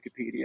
Wikipedia